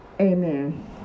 amen